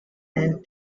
and